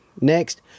next